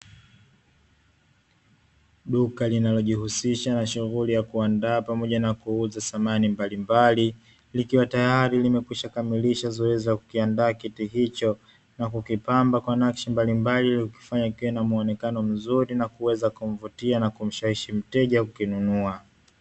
Duka linalojihusisha na shughuli ya kuandaa pamoja na kuuza samani mbalimbali, likiwa tayari limekwisha kamilisha zoezi la kukiandaa kiti hicho, na kukipamba kwa nakishi mbalimbali ili kukifanya kiwe na muonekano mzuri na kuweza kumvutia na kumshawishi mteja kukinunua.